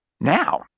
Now